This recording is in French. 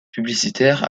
publicitaires